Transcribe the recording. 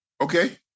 Okay